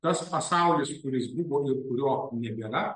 tas pasaulis kuris buvo ir kurio nebėra